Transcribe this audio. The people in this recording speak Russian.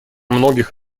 многих